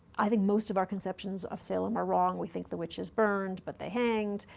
i think most of our conceptions of salem are wrong. we think the witches burned, but they hanged.